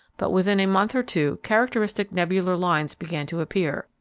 but within a month or two characteristic nebular lines began to appear,